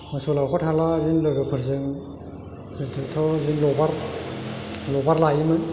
मोसौ लावखार थाब्ला बिदिनो लोगोफोरजों लबार लबार लायोमोन